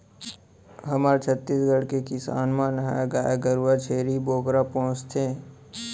हमर छत्तीसगढ़ के किसान मन ह गाय गरूवा, छेरी बोकरा पोसथें